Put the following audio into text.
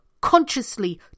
consciously